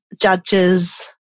judges